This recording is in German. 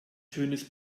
schönes